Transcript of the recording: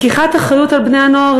לקיחת אחריות על בני-הנוער,